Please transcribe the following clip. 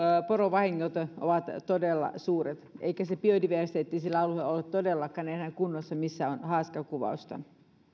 porovahingot ovat todella suuret eikä se biodiversiteetti ole todellakaan enää kunnossa sillä alueella missä on haaskakuvausta